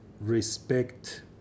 respect